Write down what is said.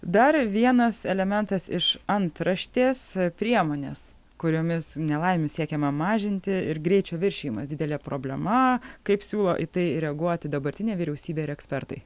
dar vienas elementas iš antraštės priemonės kuriomis nelaimių siekiama mažinti ir greičio viršijimas didelė problema kaip siūlo į tai reaguoti dabartinė vyriausybė ir ekspertai